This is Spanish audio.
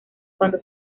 cuando